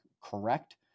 correct